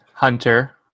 Hunter